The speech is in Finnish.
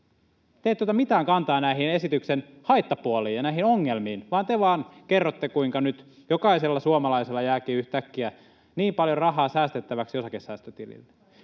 Te ette ota mitään kantaa näihin esityksen haittapuoliin ja näihin ongelmiin, vaan te vaan kerrotte, kuinka nyt jokaisella suomalaisella jääkin yhtäkkiä niin paljon rahaa säästettäväksi osakesäästötilille.